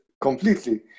completely